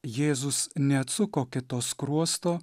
jėzus neatsuko kito skruosto